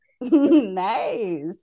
Nice